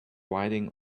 riding